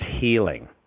healing